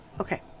Okay